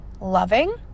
loving